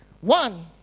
One